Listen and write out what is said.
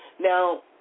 Now